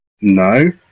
no